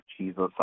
Jesus